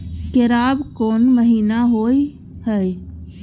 केराव कोन महीना होय हय?